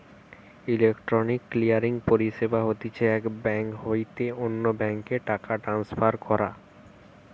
electronic clearing পরিষেবা হতিছে এক বেঙ্ক হইতে অন্য বেঙ্ক এ টাকা ট্রান্সফার করা